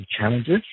challenges